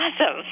awesome